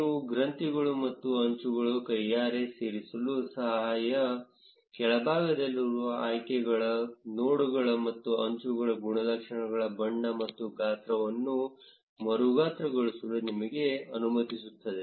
ನೀವು ಗ್ರಂಥಿಗಳು ಮತ್ತು ಅಂಚುಗಳ ಕೈಯಾರೆ ಸೇರಿಸಲು ಸಹಾಯ ಕೆಳಭಾಗದಲ್ಲಿರುವ ಆಯ್ಕೆಗಳು ನೋಡ್ಗಳು ಮತ್ತು ಅಂಚುಗಳ ಗುಣಲಕ್ಷಣಗಳ ಬಣ್ಣ ಮತ್ತು ಗಾತ್ರವನ್ನು ಮರುಗಾತ್ರಗೊಳಿಸಲು ನಿಮಗೆ ಅನುಮತಿಸುತ್ತದೆ